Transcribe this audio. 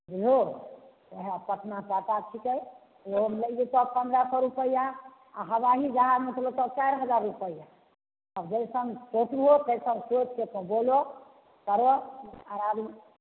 बुझलहो ओहए पटना टाटा छिकै ओहोमे लागि जेतऽ पन्द्रह सए रुपैआ आ हवाइ जहाजमे तऽ लगतऽ चाइर हजार रुपैया आब जैसन सोचबहो तैसन सोच के तो बोलो करऽ आर